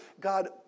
God